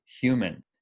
human